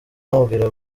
bamubwira